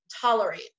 tolerate